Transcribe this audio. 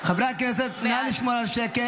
בעד חברי הכנסת, נא לשמור על שקט.